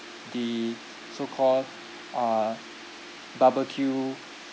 the so call uh barbecue